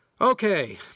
Okay